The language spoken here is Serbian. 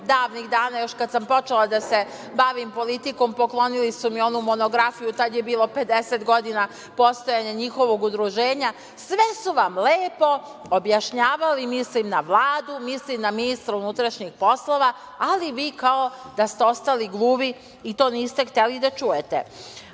davnih dana, još kada sam počela da se bavim politikom, poklonili su mi monografiju, tada je bilo 50 godina postojanja njihovog udruženja, sve su vam lepo objašnjavali, mislim na Vladu, mislim na ministra unutrašnjih poslova, ali vi kao da ste ostali gluvi i to niste hteli da čujete. To